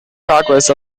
progress